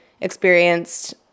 experienced